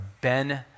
Ben